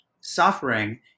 suffering